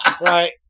Right